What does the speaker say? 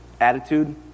Attitude